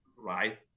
right